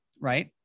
Right